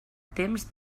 temps